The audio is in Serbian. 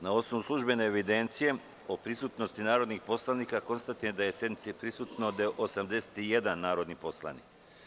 Na osnovu službene evidencije o prisutnosti narodnih poslanika, konstatujem da sednici prisustvuje 81 narodni poslanik.